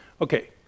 Okay